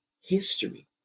history